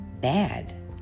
bad